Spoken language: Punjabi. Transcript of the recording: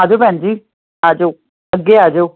ਆਜੋ ਭੈਣ ਜੀ ਆਜੋ ਅੱਗੇ ਆ ਜਾਓ